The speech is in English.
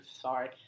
Sorry